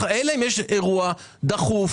אלא אם יש אירוע דחוף,